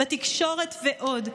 בתקשורת ועוד,